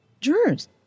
jurors